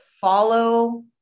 follow